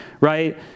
right